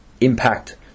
impact